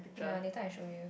ya later I show you